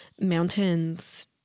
mountains